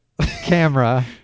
camera